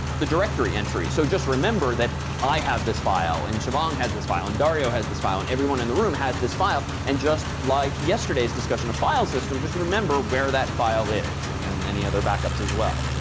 the directory entry. so just remember that i have this file and siobhan has this file and dario has this file and everyone in the room has this file. and just like yesterday's discussion of file system, just remember where that file is and then any other backups as well.